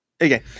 Okay